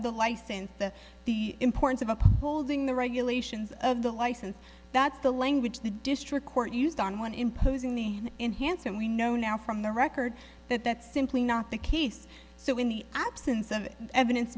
the license the importance of upholding the regulations of the license that's the language the district court used on one imposing the enhanced and we know now from the record that that's simply not the case so in the absence of evidence